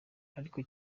ariko